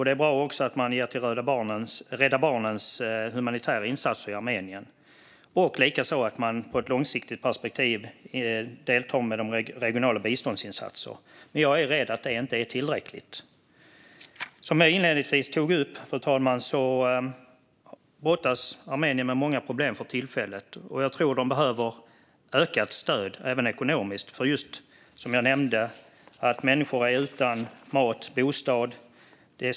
Det är också bra att man ger till Rädda Barnens humanitära insatser i Armenien, likaså att man i ett långsiktigt perspektiv deltar i regionala biståndsinsatser. Men jag är rädd att det inte är tillräckligt. Som jag inledningsvis tog upp, fru talman, brottas Armenien med många problem för tillfället. Jag tror att de behöver ökat stöd även ekonomiskt. Som jag nämnde är människor utan mat och bostad.